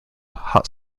hot